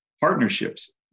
partnerships